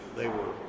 they would